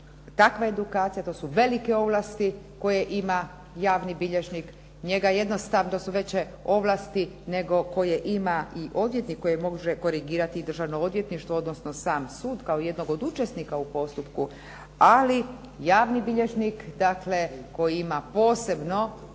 takva edukacija to su velike ovlasti koje ima javni bilježnik, njega jednostavno su veće ovlasti nego koje ima i odvjetnik koji može korigirati državno odvjetništvo odnosno sam sud kao jednog od učesnika u postupku, ali javni bilježnik dakle koji ima posebno